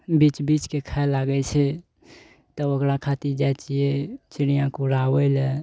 बीछ बीछके खा लागै छै तब ओकरा खातिर जाइ छियै चिड़िआ कऽ उड़ाबै लए